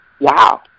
Wow